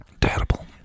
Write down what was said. Terrible